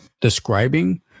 describing